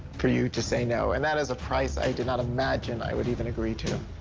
for you to say no. and that is a price i did not imagine i would even agree to.